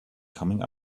coming